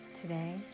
Today